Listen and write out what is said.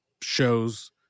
shows